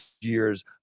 years